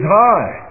high